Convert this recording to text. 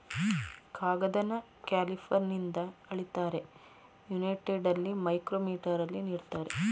ಕಾಗದನ ಕ್ಯಾಲಿಪರ್ನಿಂದ ಅಳಿತಾರೆ, ಯುನೈಟೆಡಲ್ಲಿ ಮೈಕ್ರೋಮೀಟರಲ್ಲಿ ನೀಡ್ತಾರೆ